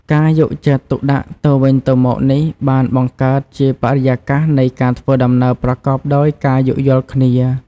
ការយកចិត្តទុកដាក់ទៅវិញទៅមកនេះបានបង្កើតជាបរិយាកាសនៃការធ្វើដំណើរប្រកបដោយការយោគយល់គ្នា។